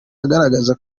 agaragaza